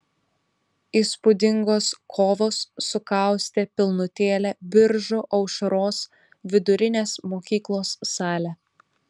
įspūdingos kovos sukaustė pilnutėlę biržų aušros vidurinės mokyklos salę